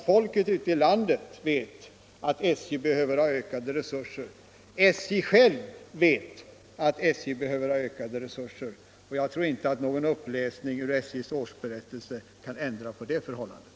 Folket ute i landet vet att SJ behöver ökade resurser, SJ vet att SJ behöver ökade resurser, och jag tror inte att någon uppläsning ur SJ:s årsberättelse kan ändra på det förhållandet.